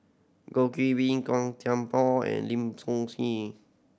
Goh Qiu Bin Gan Thiam Poh and Lim Ngee